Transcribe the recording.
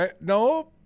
No